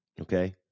okay